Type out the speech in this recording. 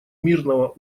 мирного